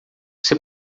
você